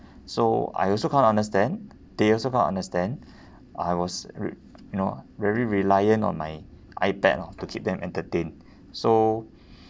so I also cannot understand they also cannot understand I was v~ you know very reliant on my ipad lor to keep them entertained so